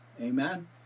Amen